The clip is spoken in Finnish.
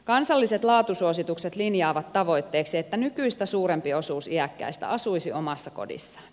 kansalliset laatusuositukset linjaavat tavoitteeksi että nykyistä suurempi osuus iäkkäistä asuisi omassa kodissaan